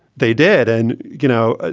they did. and you know, ah